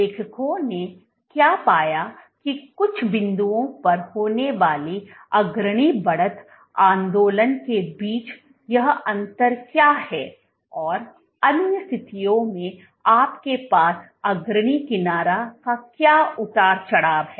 लेखकों ने क्या पाया की कुछ बिंदुओं पर होने वाले अग्रणी बढ़त आंदोलन के बीच यह अंतर क्या है और अन्य स्थितियों में आपके पास अग्रणी किनारे का यह उतार चढ़ाव है